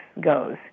goes